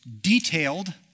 detailed